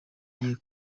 gihe